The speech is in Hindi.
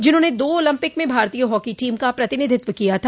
जिन्होंने दो ओलम्पिक में भारतीय हॉकी टीम का प्रतिनिधित्व किया था